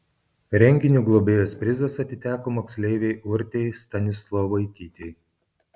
renginio globėjos prizas atiteko moksleivei urtei stanislovaitytei